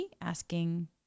asking